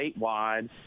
statewide